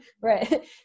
right